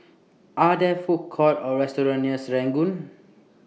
Are There Food Courts Or restaurants near Serangoon